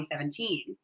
2017